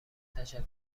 تشکر